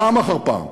פעם אחר פעם.